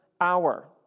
hour